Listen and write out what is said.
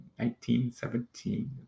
1917